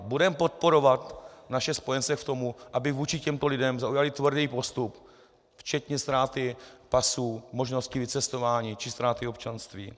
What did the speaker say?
Budeme podporovat naše spojence v tom, aby vůči těmto lidem zaujali tvrdý postup včetně ztráty pasů, možnosti vycestování či ztráty občanství?